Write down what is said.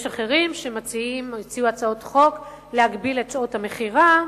יש אחרים שהציעו הצעות חוק להגבלת שעות המכירה,